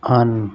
un